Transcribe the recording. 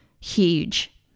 huge